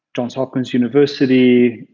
john hopkins university,